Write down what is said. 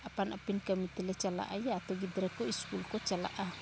ᱟᱯᱟᱱᱼᱟᱹᱯᱤᱱ ᱠᱟᱹᱢᱤ ᱛᱮᱞᱮ ᱪᱟᱞᱟᱜᱼᱟ ᱟᱛᱳ ᱜᱤᱫᱽᱨᱟᱹ ᱠᱚ ᱤᱥᱠᱩᱞ ᱠᱚ ᱪᱟᱞᱟᱜᱼᱟ